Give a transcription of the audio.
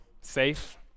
safe